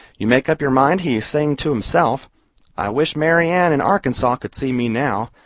you make up your mind he is saying to himself i wish mary ann in arkansaw could see me now.